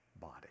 body